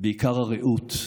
בעיקר הרעות,